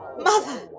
Mother